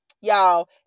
y'all